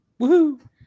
Woohoo